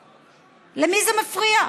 מה מפריע להם?